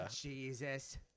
Jesus